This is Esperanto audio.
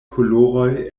koloroj